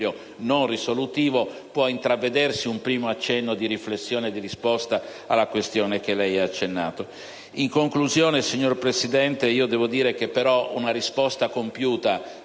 non risolutivo può intravvedersi un primo accenno di riflessione e di risposta alla questione cui lei, presidente Azzollini, ha accennato. In conclusione, signor Presidente, devo dire che però una risposta compiuta